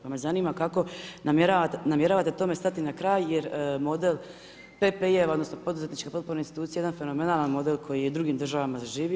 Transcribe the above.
Pa me zanima kako namjeravate tome stati na kraj, jer model PPJ-ova odnosno poduzetničke potporne institucije je jedan fenomenalan model koji je i u drugim državama zaživio.